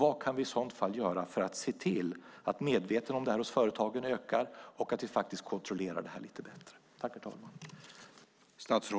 Vad kan vi göra för att se till att medvetenheten om detta ökar hos företagen och att vi kontrollerar det här lite bättre?